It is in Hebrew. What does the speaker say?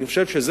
אני חושב שאת